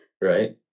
right